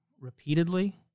repeatedly